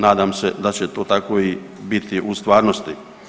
Nadam se da će to tako i biti u stvarnosti.